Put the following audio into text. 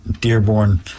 Dearborn